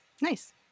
Nice